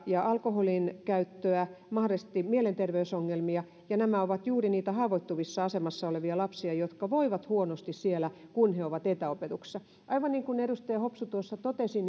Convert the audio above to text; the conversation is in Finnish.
ja alkoholinkäyttöä mahdollisesti mielenterveysongelmia ja nämä ovat juuri niitä haavoittuvassa asemassa olevia lapsia jotka voivat siellä huonosti kun he ovat etäopetuksessa aivan niin kuin edustaja hopsu tuossa totesi